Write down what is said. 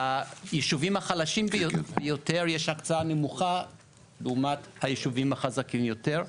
בישובים החלשים ביותר יש הקצאה נמוכה לעומת היישובים החזקים יותר.